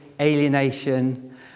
alienation